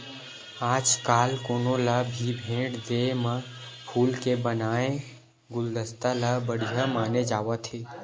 आजकाल कोनो ल भी भेट देय म फूल के बनाए गुलदस्ता ल बड़िहा माने जावत हे